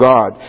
God